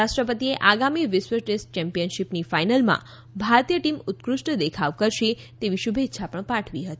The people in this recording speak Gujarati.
રાષ્ટ્ર્યપતિએ આગામી વિશ્વ ટેસ્ટ ચેમ્પિયનશીપની ફાઇનલમાં ભારતીય ટીમ ઉત્કૃષ્ટ દેખાવ કરશે તેવી શુભેચ્છા પણ પાઠવી છે